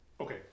Okay